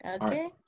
Okay